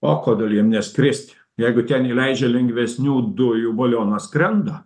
o kodėl jiem neskrist jeigu ten įleidžia lengvesnių dujų balionas skrenda